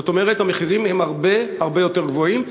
זאת אומרת, המחירים הם הרבה הרבה יותר גבוהים.